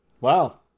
Wow